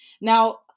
Now